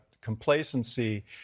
complacency